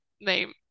name